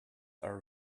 were